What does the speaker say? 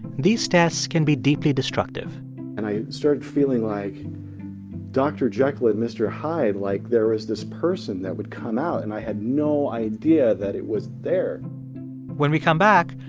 these tests can be deeply destructive and i started feeling like dr. jekyll and mr. hyde like, there was this person that would come out, and i had no idea that it was there when we come back,